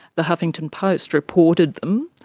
the huffington post reported um